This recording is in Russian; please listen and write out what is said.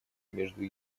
между